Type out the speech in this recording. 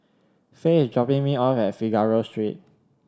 Fae is dropping me off at Figaro Street